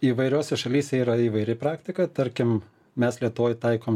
įvairiose šalyse yra įvairi praktika tarkim mes lietuvoj taikom